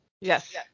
Yes